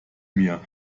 mir